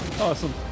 Awesome